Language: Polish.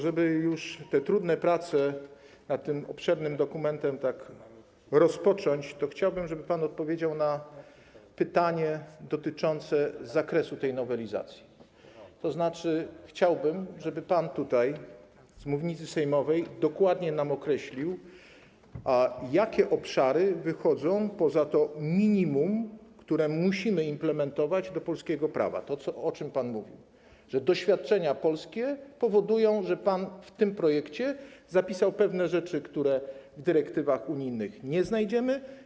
Żeby już tak rozpocząć te trudne prace nad tym obszernym dokumentem, to chciałbym, żeby pan odpowiedział na pytanie dotyczące zakresu tej nowelizacji, tzn. chciałbym, żeby pan tutaj, z mównicy sejmowej, dokładnie nam określił, jakie obszary wychodzą poza to minimum, które musimy implementować do polskiego prawa, to, o czym pan mówił, że doświadczenia polskie powodują, że pan w tym projekcie zapisał pewne rzeczy, których w dyrektywach unijnych nie znajdziemy.